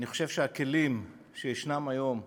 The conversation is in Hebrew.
אני חושב שהכלים שישנם היום,